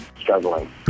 struggling